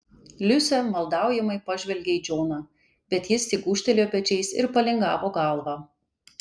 liusė maldaujamai pažvelgė į džoną bet jis tik gūžtelėjo pečiais ir palingavo galvą